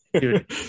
Dude